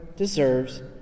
deserves